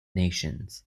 nations